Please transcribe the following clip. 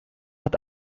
hat